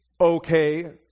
okay